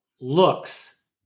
looks